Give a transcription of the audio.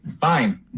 fine